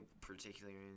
particularly